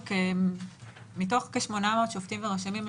מתוך כ-800 שופטים ורשמים,